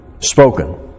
spoken